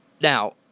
Now